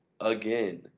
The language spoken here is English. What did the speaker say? Again